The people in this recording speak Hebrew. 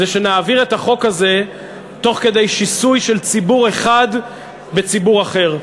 זה שנעביר את החוק הזה תוך כדי שיסוי של ציבור אחד בציבור אחר.